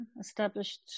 established